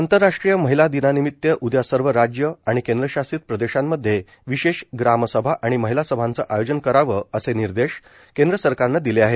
आंतरराष्ट्रीय महिला दिनानिमित्त उदया सर्व राज्य आणि केंद्रशासित प्रदेशांमध्ये विशेष ग्रामसभा आणि महिला सभांचं आयोजन करावं असे निर्देश केंद्र सरकारनं दिले आहेत